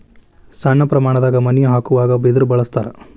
ಸಣ್ಣ ಪ್ರಮಾಣದಾಗ ಮನಿ ಹಾಕುವಾಗ ಬಿದರ ಬಳಸ್ತಾರ